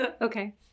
Okay